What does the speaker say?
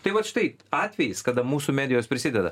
tai vat štai atvejis kada mūsų medijos prisideda